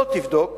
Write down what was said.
לא תבדוק